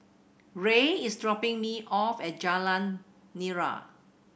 Ray is dropping me off at Jalan Nira